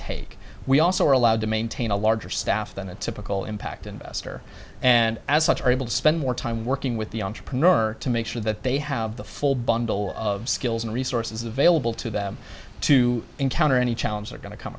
take we also are allowed to maintain a larger staff than a typical impact investor and as such are able to spend more time working with the entrepreneur to make sure that they have the full bundle of skills and resources available to them to encounter any challenge they're going to come